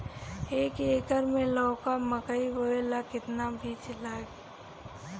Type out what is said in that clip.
एक एकर मे लौका मकई बोवे ला कितना बिज लागी?